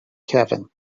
kevin